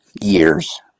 years